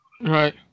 Right